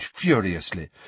furiously